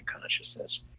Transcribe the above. consciousness